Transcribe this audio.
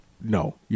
no